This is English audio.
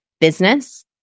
business